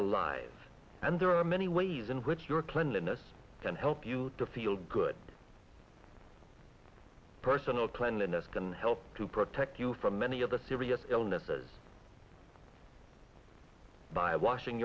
alive and there are many ways in which your cleanliness can help you to feel good person of cleanliness can help to protect you from many of the serious illnesses by washing